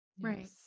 Right